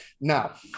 Now